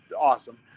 awesome